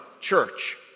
church